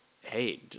Hey